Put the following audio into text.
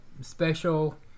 special